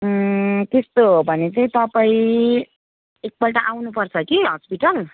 त्यस्तो हो भने चाहिँ तपाईँ एकपल्ट आउनुपर्छ कि हस्पिटल